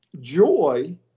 joy